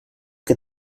que